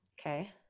Okay